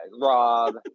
Rob